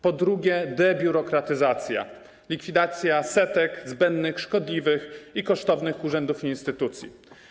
Po drugie, debiurokratyzacja, likwidacja setek zbędnych, szkodliwych i kosztownych urzędów i instytucji.